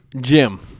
Jim